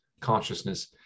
consciousness